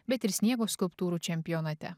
bet ir sniego skulptūrų čempionate